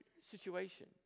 situation